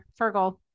Fergal